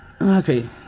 Okay